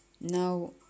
Now